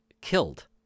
killed